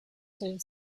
serve